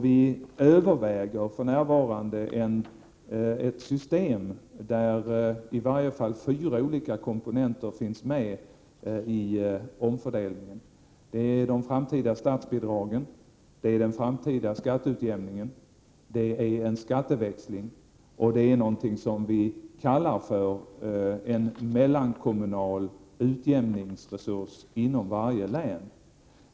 Vi överväger för närvarande ett system där i varje fall fyra olika komponenter finns med vid omfördelningen. Det är de framtida statsbidragen, den framtida skatteutjämningen, en skatteväxling och något som vi kallar för en mellankommunal utjämningsresurs inom varje län.